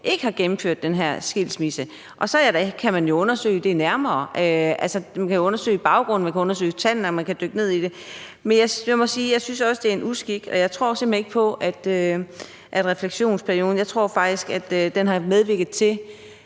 ikke har gennemført den her skilsmisse, og så kan man jo undersøge det nærmere. Altså, man kan undersøge baggrunden, og man kan undersøge tallene, og man kan dykke ned i det. Men jeg må også sige, at jeg synes, det er en uskik. Jeg tror faktisk, at refleksionsperioden har medvirket til,